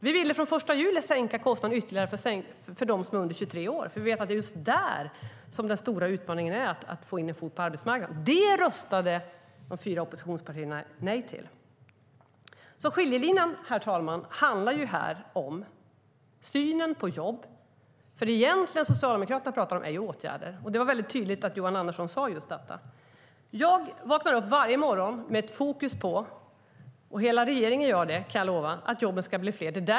Vi ville från den 1 juli sänka kostnaden ytterligare för dem som är under 23 år, för vi vet att där ligger den stora utmaningen när det gäller att få in en fot på arbetsmarknaden. Det röstade de fyra oppositionspartierna nej till. Herr talman! Skiljelinjen handlar om synen på jobb. Det Socialdemokraterna talar om är åtgärder, vilket Johan Andersson tydligt sade. Jag och hela regeringen vaknar upp varje morgon med fokus på att jobben ska bli fler.